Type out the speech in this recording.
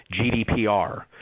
GDPR